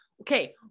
okay